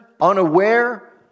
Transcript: unaware